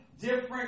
different